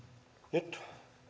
nyt